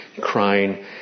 crying